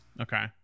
Okay